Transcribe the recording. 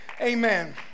amen